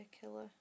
killer